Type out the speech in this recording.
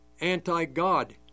anti-God